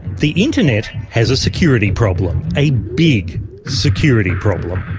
the internet has a security problem. a big security problem.